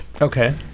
Okay